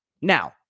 Now